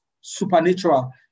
supernatural